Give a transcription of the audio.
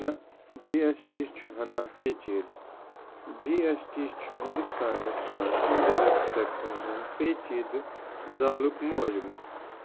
نہ G S T چھُ ہنا پیچیٖدٕ جی اٮ۪س ٹی چھُ ہِنٛدوستانَس منٛز اِنٛڈَرٮ۪کٹ ٹٮ۪کسَن ہُنٛد پیچیٖدٕ زالُک معجمہٕ